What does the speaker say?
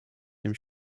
dem